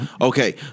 Okay